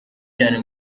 cyane